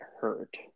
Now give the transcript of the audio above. hurt